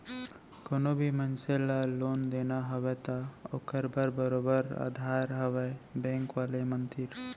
कोनो भी मनसे ल लोन देना हवय त ओखर बर बरोबर अधार हवय बेंक वाले मन तीर